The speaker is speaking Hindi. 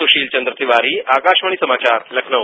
सुशील चंद्र तिवारी आकाशवाणी समाचार लखनऊ